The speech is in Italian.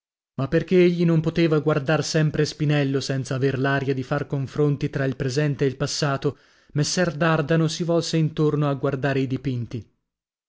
ma perchè egli non poteva guardar sempre spinello senza aver l'aria di far confronti tra il presente e il passato messer dardano si volse intorno a guardare i dipinti